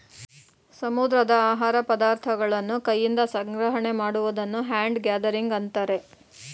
ಸಮುದ್ರದ ಆಹಾರ ಪದಾರ್ಥಗಳನ್ನು ಕೈಯಿಂದ ಸಂಗ್ರಹಣೆ ಮಾಡುವುದನ್ನು ಹ್ಯಾಂಡ್ ಗ್ಯಾದರಿಂಗ್ ಅಂತರೆ